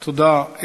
תודה.